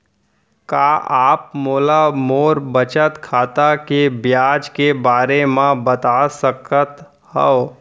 का आप मोला मोर बचत खाता के ब्याज के बारे म बता सकता हव?